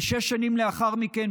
ושש שנים לאחר מכן,